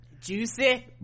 juicy